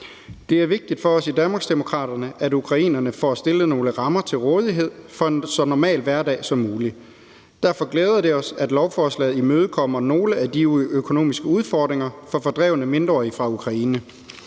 Det er vigtigt for os i Danmarksdemokraterne, at ukrainerne får stillet nogle rammer til rådighed for en så normal hverdag som muligt. Derfor glæder det os, at lovforslaget imødekommer nogle af de økonomiske udfordringer for fordrevne mindreårige fra Ukraine,